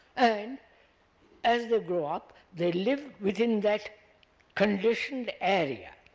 and as they grow up, they live within that conditioned area.